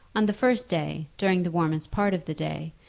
on the first day, during the warmest part of the day,